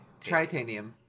Tritanium